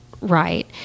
right